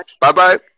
Bye-bye